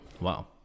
Wow